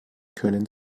können